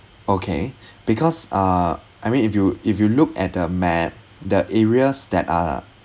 okay because uh I mean if you if you look at a map the areas that are